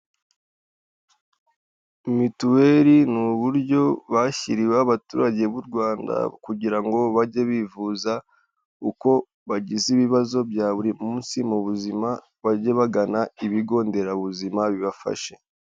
Mituweli ni uburyo bashyiriwe abaturage b'u rwanda kugira ngo bajye bivuza uko bagize ibibazo bya buri munsi mu buzima bajye bagana ibigo nderabuzima bibafasha.